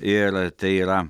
ir tai yra